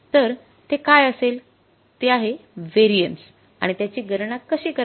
तर ते काय असेल ते आहे व्हेरिएन्स आणि त्याची गणना कशी करायची